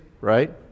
right